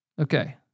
Okay